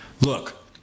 Look